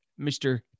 Mr